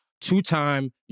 two-time